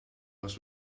was